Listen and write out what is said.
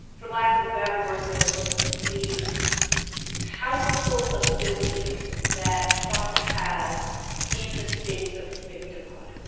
for lack of a better word, the the powerful ability that trump has in the space of victim hood.